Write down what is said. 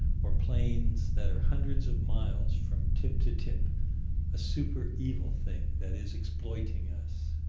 or planes that are hundreds of miles from tip to tip a super-evil thing that is exploiting us.